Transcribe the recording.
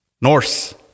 Norse